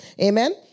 Amen